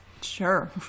Sure